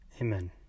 Amen